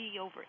over